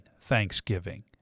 thanksgiving